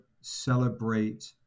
celebrate